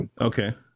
Okay